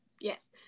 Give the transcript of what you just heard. Yes